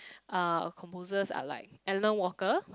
uh composers are like Alan-Walker